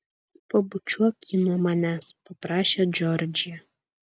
pabučiuok jį nuo manęs paprašė džordžija